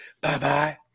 Bye-bye